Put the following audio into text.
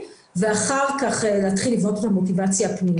ואחר כך להתחיל לבנות את המוטיבציה הפנימית.